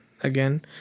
again